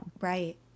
Right